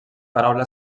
paraula